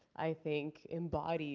i think, embodies